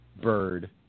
Bird